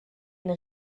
une